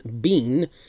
Bean